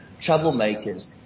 troublemakers